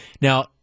Now